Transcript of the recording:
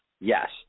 yes